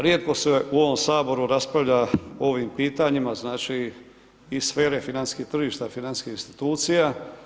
Rijetko se u ovom Saboru raspravlja o ovim pitanjima, znači iz sfere financijskih tržišta, financijskih institucija.